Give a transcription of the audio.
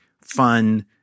fun